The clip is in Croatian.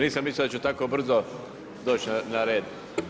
Nisam mislio da ću tako brzo doći na red.